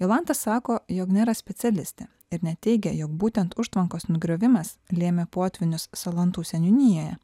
jolanta sako jog nėra specialistė ir neteigia jog būtent užtvankos nugriovimas lėmė potvynius salantų seniūnijoje